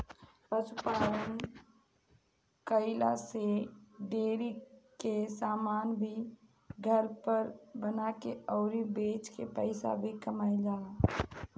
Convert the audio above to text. पशु पालन कईला से डेरी के समान भी घर पर बना के अउरी बेच के पईसा भी कमाईल जाला